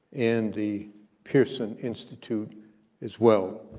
and the pearson institute as well.